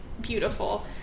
beautiful